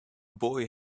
boy